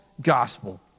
gospel